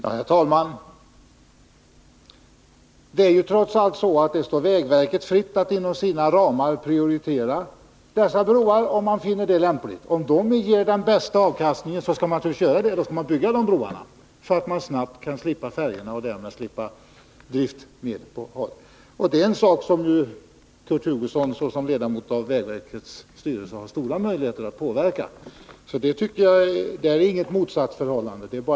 Herr talman! Det står trots allt vägverket fritt att inom sina ramar prioritera de broar det gäller, om verket finner detta lämpligt. Om det ger den bästa avkastningen att bygga dessa broar, skall verket naturligtvis satsa på det, så att man kan slippa färjetrafik och driftsvårigheter. Det är något som herr Hugosson som ledamot av vägverkets styrelse har stora möjligheter att påverka. Det finns alltså på den punkten inget motsatsförhållande mellan oss.